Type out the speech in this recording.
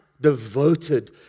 devoted